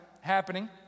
happening